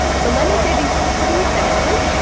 so let me say these two sentences.